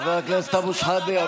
חבר הכנסת אבו שחאדה,